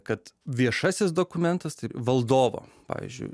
kad viešasis dokumentas tai valdovo pavyzdžiui